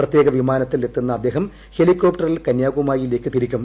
പ്രത്യേക വിമാനത്തിൽ എത്തുന്ന അദ്ദേഹം ഹെലികോപ്ടറിൽ കന്യാകുമാരിയിലേക്ക് തിരിക്കും